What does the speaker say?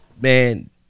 man